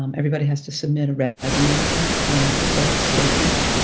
um everybody has to submit a resume and a goal statement,